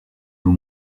nos